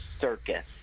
circus